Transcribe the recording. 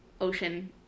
ocean